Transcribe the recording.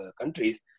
countries